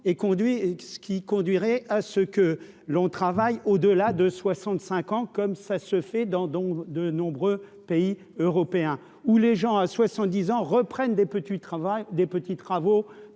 et ce qui conduirait à ce que l'on travaille au-delà de 65 ans, comme ça se fait dans dans de nombreux pays européens où les gens à soixante-dix ans reprennent des petits travail